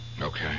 Okay